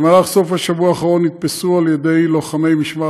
בסוף השבוע האחרון נתפסו על ידי לוחמי משמר